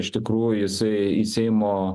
iš tikrųjų jisai į seimo